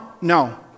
no